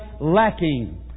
lacking